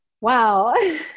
Wow